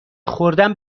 خوردن